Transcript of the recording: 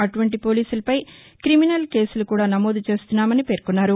అటువంటి పోలీసులపై క్రిమినల్ కేసులు కూడా నమోదు చేస్తున్నామని పేర్కొన్నారు